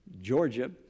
Georgia